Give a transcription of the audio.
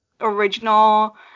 original